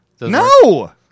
No